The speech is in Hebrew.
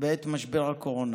בעת משבר הקורונה.